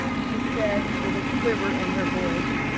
she said with a quiver in her voice.